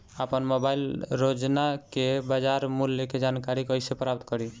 आपन मोबाइल रोजना के बाजार मुल्य के जानकारी कइसे प्राप्त करी?